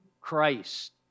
Christ